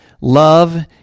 Love